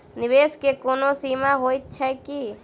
निवेश केँ कोनो सीमा होइत छैक की?